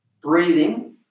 breathing